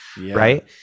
Right